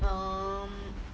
um